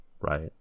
Right